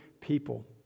people